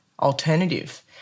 alternative